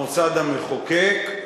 המוסד המחוקק,